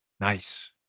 Nice